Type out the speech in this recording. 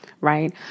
right